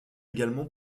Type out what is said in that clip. également